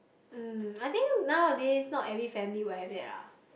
mm I think nowadays not every family will have it ah